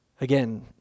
Again